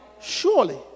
Surely